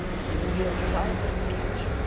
from yielders all things catch.